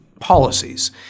policies